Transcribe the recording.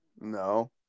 No